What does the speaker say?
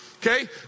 Okay